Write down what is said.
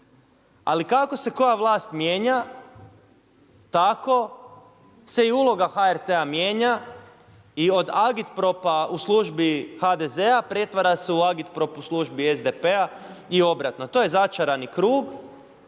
Ali kako se koja vlast mijenja tako se i uloga HRT-a mijenja i od Agitpropa u službi HDZ-a pretvara se u Agitprop u službi SDP-a i obratno. To je začarani krug,